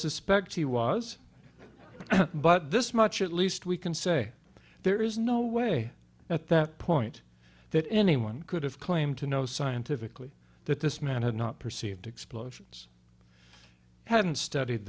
suspect he was but this much at least we can say there is no way at that point that anyone could have claimed to know scientifically that this man had not perceived explosions hadn't studied